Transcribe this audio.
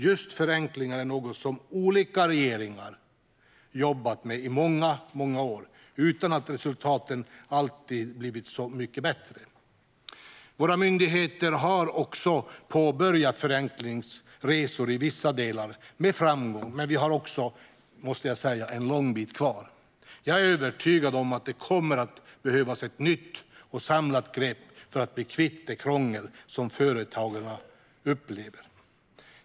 Just förenklingar är något som olika regeringar jobbat med i många år utan att resultaten alltid blivit så mycket bättre. Våra myndigheter har påbörjat förenklingsresor i vissa delar, med framgång, men vi har en lång bit kvar. Jag är övertygad om att det kommer att behövas ett nytt och samlat grepp för att bli kvitt det krångel som företagarna upplever.